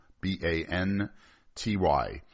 B-A-N-T-Y